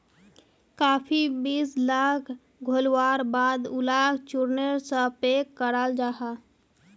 काफी बीज लाक घोल्वार बाद उलाक चुर्नेर सा पैक कराल जाहा